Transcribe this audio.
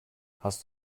hast